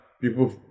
people